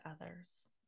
others